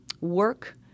work